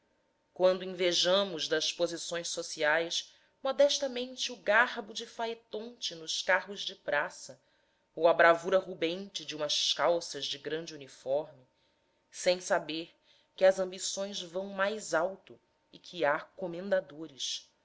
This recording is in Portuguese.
quando invejamos das posições sociais modestamente o garbo de faetonte nos carros de praça ou a bravura rubente de umas calças de grande uniforme sem saber que as ambições vão mais alto e que há comendadores